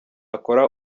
akora